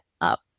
up